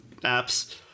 apps